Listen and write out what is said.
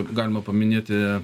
galima paminėti